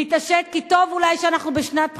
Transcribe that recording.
להתעשת, כי טוב אולי שאנחנו בשנת בחירות,